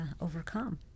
overcome